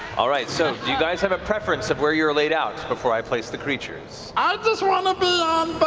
all right, so do you guys have a preference of where you're laid out before i place the creatures? travis i just want to be